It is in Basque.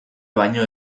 baino